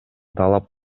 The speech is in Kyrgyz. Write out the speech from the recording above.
талап